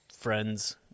friends